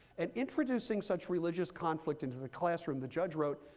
and introducing such religious conflict into the classroom, the judge wrote,